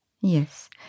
Yes